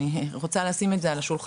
אני רוצה לשים את זה על השולחן.